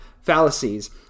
fallacies